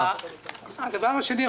הדבר השני,